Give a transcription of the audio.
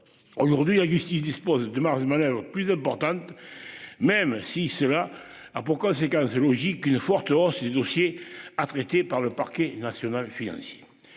Aujourd'hui la justice dispose de marges de manoeuvre plus importante. Même si cela a pour conséquence logique, une forte hausse des dossiers à traiter par le parquet national financier.